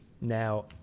now